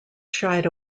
shied